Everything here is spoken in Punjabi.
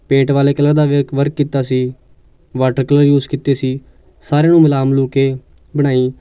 ਪੇਂਟ ਵਾਲੇ ਕਲਰ ਦਾ ਵ ਵਰਕ ਕੀਤਾ ਸੀ ਵਾਟਰ ਕਲਰ ਯੂਜ ਕੀਤੇ ਸੀ ਸਾਰਿਆਂ ਨੂੰ ਮਿਲਾ ਮਲੂ ਕੇ ਬਣਾਈ